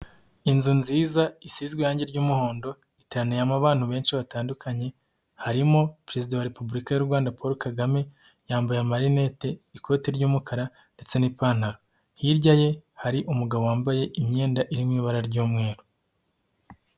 Inzu nziza isizwe irangi ry'umuhondo, iteraniyemo abantu benshi batandukanye, harimo perezida wa Repubulika y'u Rwanda Paul Kagame, yambaye amarinette, ikoti ry'umukara ndetse n'ipantaro. Hirya ye hari umugabo wambaye imyenda irimo ibara ry'umweru.